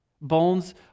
bones